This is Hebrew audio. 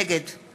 נגד